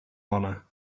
honor